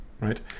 right